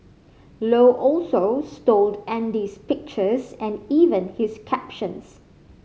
Low also stole Andy's pictures and even his captions